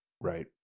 Right